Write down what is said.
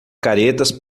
caretas